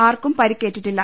ആർക്കും പരിക്കേറ്റിട്ടില്ല